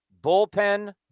bullpen